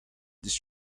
these